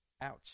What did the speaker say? Ouch